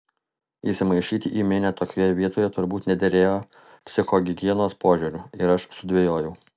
įsimaišyti į minią tokioje vietoje turbūt nederėjo psichohigienos požiūriu ir aš sudvejojau